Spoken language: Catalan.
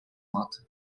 mot